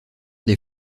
des